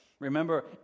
Remember